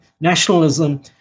nationalism